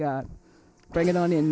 god bring it on